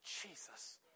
Jesus